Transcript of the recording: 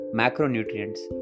macronutrients